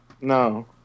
no